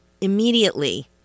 immediately